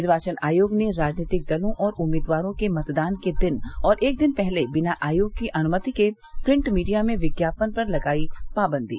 निर्वाचन आयोग ने राजनीतिक दलों और उम्मीदवारों के मतदान के दिन और एक दिन पहले बिना आयोग की अनुमति के प्रिंट मीडिया में विज्ञापन पर लगायी पाबन्दी